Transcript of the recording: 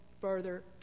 further